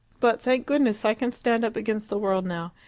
but, thank goodness, i can stand up against the world now,